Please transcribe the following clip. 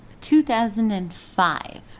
2005